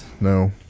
no